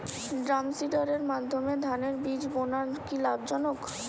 ড্রামসিডারের মাধ্যমে ধানের বীজ বোনা কি লাভজনক?